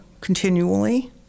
continually